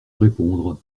répondre